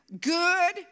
good